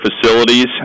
facilities